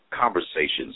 Conversations